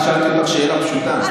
רק שאלתי אותך שאלה פשוטה.